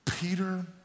Peter